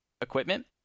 equipment